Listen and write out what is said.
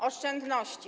Oszczędności.